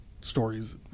stories